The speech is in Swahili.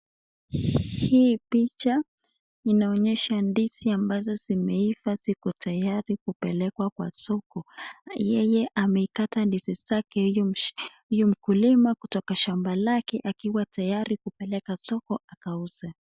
Hii picha inaonyesha ndizi ambazo zimeifaa siko tayari kupelekea Kwa soko yeye ameikata ndizi yake huyo mkulima kutoka shamba lake akiwa tayari apekeke soko akauze.